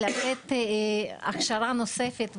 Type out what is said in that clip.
ולתת להם הכשרה נוספת.